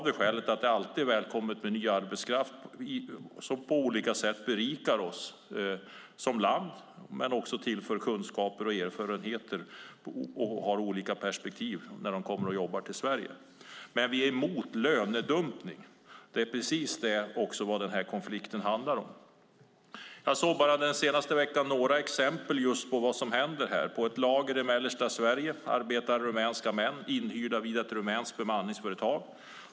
Det är alltid välkommet med ny arbetskraft som på olika sätt berikar Sverige som land och tillför kunskaper, erfarenheter och andra perspektiv. Men vi är emot lönedumpning, och det är vad konflikten handlar om. Jag har den senaste veckan sett exempel på vad som händer här. På ett lager i Mellansverige arbetar rumänska män inhyrda via ett rumänskt bemanningsföretag.